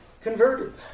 converted